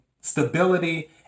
stability